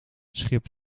schip